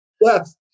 Yes